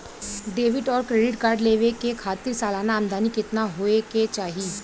Debit और credit card लेवे के खातिर सलाना आमदनी कितना हो ये के चाही?